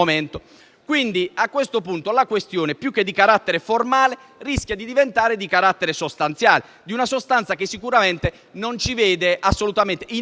Quindi, a questo punto la questione più che di carattere formale rischia di diventare di carattere sostanziale, di una sostanza che sicuramente non ci vede assolutamente in accordo,